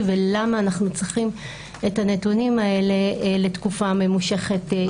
ולמה אנחנו צריכים את הנתונים האלה לתקופה ממושכת היסטורית.